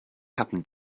happen